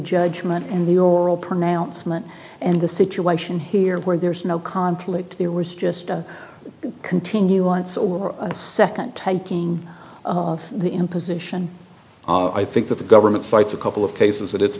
judgment in the oral pronouncement and the situation here where there is no conflict there was just a continuance or a second typing of the imposition i think that the government cites a couple of cases that it's